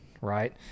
right